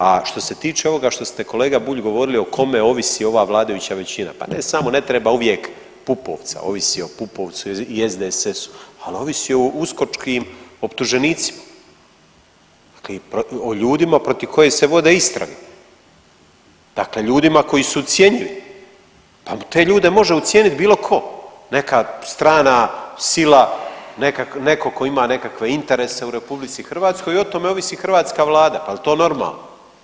A što se tiče ovoga što ste kolega Bulj govorili o kome ovisi ova vladajuća većina, pa ne samo, ne treba uvijek Pupovca, ovisi o Pupovcu i SDSS-u, al ovisi i o uskočkim optuženicima, dakle o ljudima protiv kojih se vode istrage, dakle ljudima koji su ucjenjivi, pa te ljude može ucijenit bilo ko, neka strana sila, neko ko ima nekakve interese u RH i o tome ovisi hrvatska vlada, pa jel to normalno?